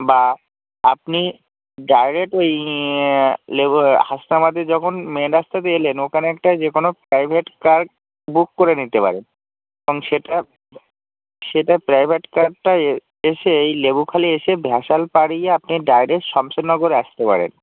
বা আপনি ডাইরেক্ট ওই লেবু হাসনাবাদে যখন মেন রাস্তা দিয়ে এলেন ওখানে একটা যেকোনও প্রাইভেট কার বুক করে নিতে পারেন কারণ সেটা সেটা প্রাইভেট কারটাই এ এসে এই লেবুখালী এসে ভ্যাসাল পাড়িয়ে আপনি ডাইরেক্ট সমসননগরে আসতে পারেন